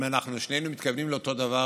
אם אנחנו שנינו מתכוונים לאותו דבר,